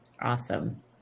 awesome